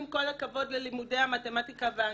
עם כל הכבוד ללימודי המתמטיקה והאנגלית,